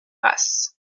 races